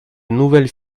nouvelles